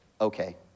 Okay